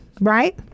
right